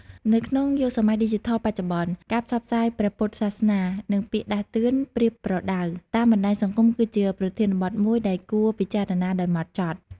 នៅក្នុងយុគសម័យឌីជីថលបច្ចុប្បន្ន ការផ្សព្វផ្សាយព្រះពុទ្ធសាសនា និងពាក្យដាស់តឿនប្រៀនប្រដៅតាមបណ្តាញសង្គមគឺជាប្រធានបទមួយដែលគួរពិចារណាដោយហ្មត់ចត់។